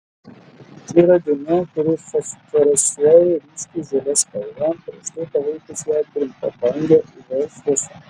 čia yra dėmė kuri fosforescuoja ryškiai žalia spalva prieš tai paveikus ją trumpabange uv šviesa